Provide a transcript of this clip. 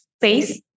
space